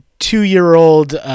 Two-year-old